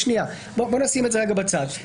בואו נשים את זה רגע בצד.